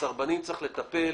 בסרבנים צריך לטפל